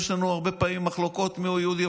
יש לנו הרבה פעמים מחלוקות מיהו יהודי,